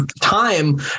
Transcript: time